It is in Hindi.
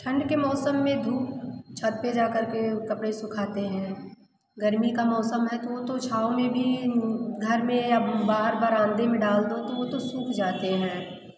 ठंड के मौसम में धूप छत पे जा करके कपड़े सुखाते हैं गर्मी का मौसम है तो वो तो छाँव में भी घर में या बाहर बरामदे में डाल दो तो वो तो सूख जाते हैं